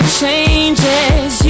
changes